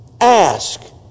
Ask